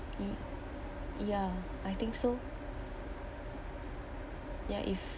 ye~ ya I think so ya if